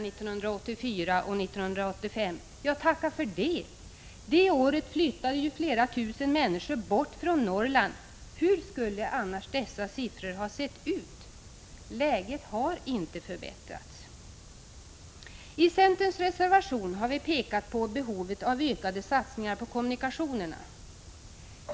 1985/86:149 mellan 1984 och 1985. Ja, tacka för det! Det året flyttade ju flera tusen människor bort från Norrland — hur skulle annars dessa siffror ha sett ut? Läget har inte förbättrats. I den nämnda centerreservationen har vi också pekat på behovet av ökade satningar på kommunikationerna.